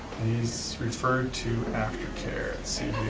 is referred to aftercare, let's see